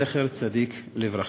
זכר צדיק לברכה.